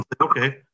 Okay